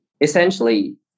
essentially